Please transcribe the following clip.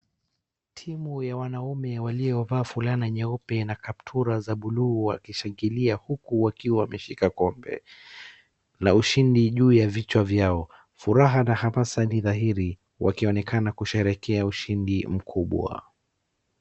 Timu ya wanaue waliovalia fulana nyeupe na kaptura za buluu wakishangilia huku wakiwa kombe la ushindi juu ya vichwa vyao. Furaha hapa sasa ni dhahiri wakionekana kusherehekea ushindi mkubwa.